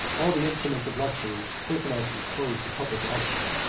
all the instruments of luxury pertinax exposed to public auction,